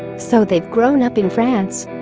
so they've grown up in france